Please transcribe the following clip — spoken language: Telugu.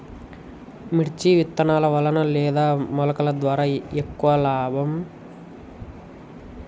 మిర్చి విత్తనాల వలన లేదా మొలకల ద్వారా ఎక్కువ లాభం?